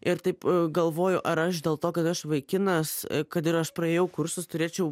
ir taip galvoju ar aš dėl to kad aš vaikinas kad ir aš praėjau kursus turėčiau